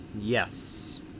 Yes